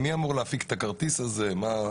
מי אמור להפיק את הכרטיס הזה?